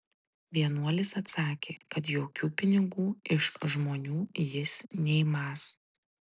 vienuolis atsakė kad jokių pinigų iš žmonių jis neimąs